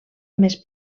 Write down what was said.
més